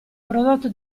prodotto